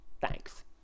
Thanks